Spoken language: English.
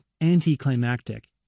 anticlimactic